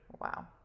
Wow